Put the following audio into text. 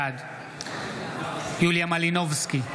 בעד יוליה מלינובסקי,